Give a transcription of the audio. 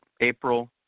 April